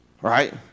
right